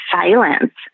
silence